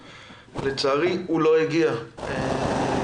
לצערי הוא לא הגיע מכיוון